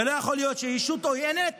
ולא יכול להיות שישות עוינת